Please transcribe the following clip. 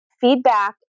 feedback